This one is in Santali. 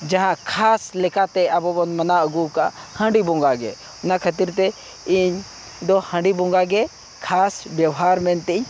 ᱡᱟᱦᱟᱸ ᱠᱷᱟᱥ ᱞᱮᱠᱟᱛᱮ ᱟᱵᱚ ᱵᱚᱱ ᱢᱟᱱᱟᱣ ᱟᱹᱜᱩᱣ ᱠᱟᱜᱼᱟ ᱦᱟᱺᱰᱤ ᱵᱚᱸᱜᱟᱜᱮ ᱚᱱᱟ ᱠᱷᱟᱹᱛᱤᱨ ᱛᱮ ᱤᱧ ᱫᱚ ᱦᱟᱺᱰᱤ ᱵᱚᱸᱜᱟᱜᱮ ᱠᱷᱟᱥ ᱵᱮᱣᱦᱟᱨ ᱢᱮᱱᱛᱮᱧ